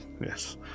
Yes